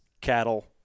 cattle